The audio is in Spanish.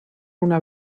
una